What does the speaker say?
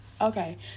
Okay